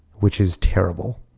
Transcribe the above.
which is terrible.